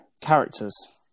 characters